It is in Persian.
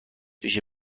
بشه